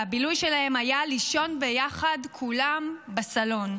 והבילוי שלהם היה לישון ביחד כולם בסלון.